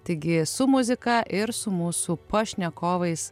taigi su muzika ir su mūsų pašnekovais